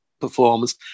performance